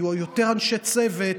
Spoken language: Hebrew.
יהיו יותר אנשי צוות,